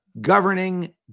governing